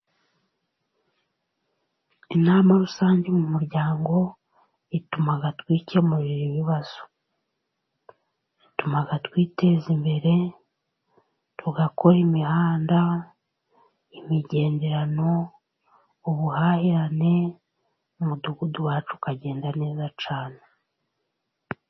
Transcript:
Inama rusange mu muryango, ituma twikemurira ibibazo. Ituma twiteza imbere, tukora imihanda, imigenderano, ubuhahirane mu mudugudu wacu ukagenda neza cyane.